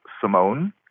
Simone